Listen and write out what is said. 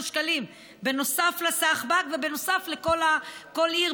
שקלים בנוסף לשחב"ק ובנוסף למה שיש לכל עיר,